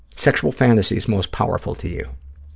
sexual fantasies most powerful to you.